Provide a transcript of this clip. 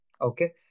okay